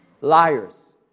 Liars